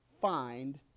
find